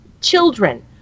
children